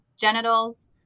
genitals